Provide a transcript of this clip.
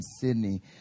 Sydney